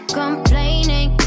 complaining